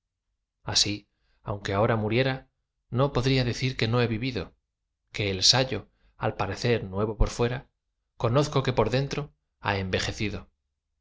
así aunque ahora muriera no podría decir que no he vivido que el sayo al parecer nuevo por fuera conozco que por dentro ha envejecido